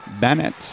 Bennett